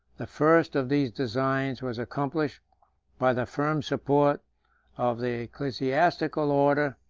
the first of these designs was accomplished by the firm support of the ecclesiastical order,